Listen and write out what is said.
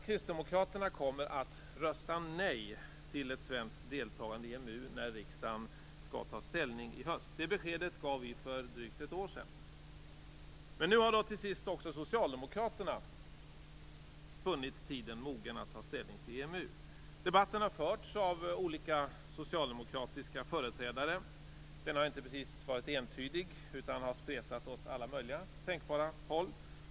Kristdemokraterna kommer att rösta nej till ett svenskt deltagande i EMU när riksdagen i höst skall ta ställning. Samma besked gav vi för drygt ett år sedan. Till sist har nu också Socialdemokraterna funnit tiden mogen att ta ställning till EMU. Debatten har förts av olika socialdemokratiska företrädare, och den har inte precis varit entydig. I stället har den spretat åt alla möjliga tänkbara håll.